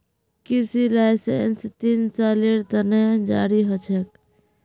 कृषि लाइसेंस तीन सालेर त न जारी ह छेक